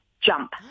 jump